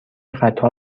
قطار